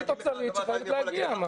זו תוספת תקציבית אוצרית שחייבת להגיע.